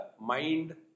mind